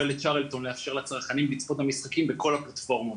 ל'צרלטון' לאפשר לצרכנים לצפות במשחקים בכל הפלטפורמות,